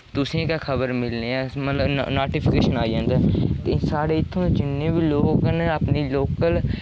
तुसें ई गै खबर मिलनी ऐ मतलब नोटिफिकेशन आई जंदा ते साढ़े इत्थुआं दे जिन्ने बी लोक न अपने लोकल